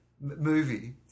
movie